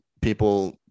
people